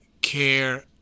care